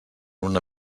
una